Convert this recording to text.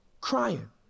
crying